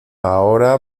ahora